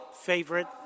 favorite